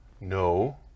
No